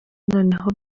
noneho